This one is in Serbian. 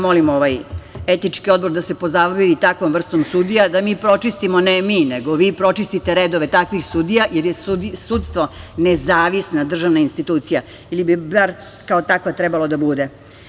Molim ovaj etički odbor da se pozabavi takvom vrstom sudija, da mi pročistimo, ne mi, nego vi pročistite redove takvih sudija, jer je sudstvo nezavisna državna institucija ili bi bar kao takva trebala da bude.